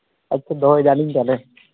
ᱟᱪᱪᱟ ᱫᱚᱦᱚᱭ ᱫᱟᱞᱤᱧ ᱛᱟᱦᱞᱮ